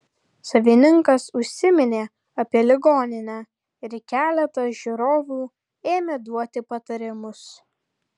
savininkas užsiminė apie ligoninę ir keletas žiūrovų ėmė duoti patarimus